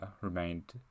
remained